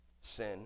sin